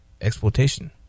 exploitation